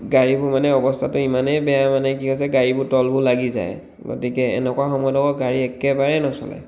গাড়ীবোৰ মানে অৱস্থাটো ইমানেই বেয়া মানে কি হৈছে গাড়ীবোৰ তলবোৰ লাগি যায় গতিকে এনেকুৱা সময়ত আকৌ গাড়ী একেবাৰে নচলে